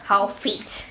how fate